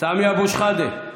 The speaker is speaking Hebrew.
סמי אבו שחאדה,